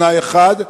בתנאי אחד,